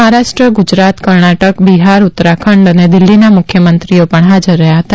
મહારાષ્ટ્ર ગુજરાત કર્ણાટક બિહાર ઉત્તરાખંડ અને દિલ્હીના મુખ્યંમત્રીઓ પણ હાજર રહ્યા હતા